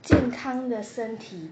健康的身体